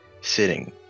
sitting